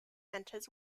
centers